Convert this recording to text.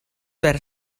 per